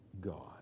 God